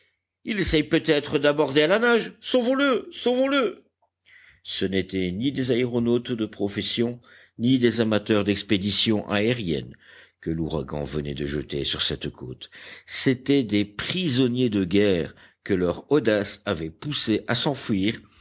il essaye peut-être d'aborder à la nage sauvons le sauvons le ce n'étaient ni des aéronautes de profession ni des amateurs d'expéditions aériennes que l'ouragan venait de jeter sur cette côte c'étaient des prisonniers de guerre que leur audace avait poussés à s'enfuir